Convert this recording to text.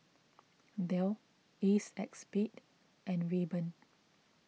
Dell A Cex Spade and Rayban